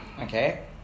Okay